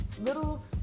little